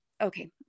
okay